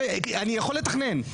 אני יכול לתכנן,